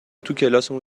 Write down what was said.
توکلاسمون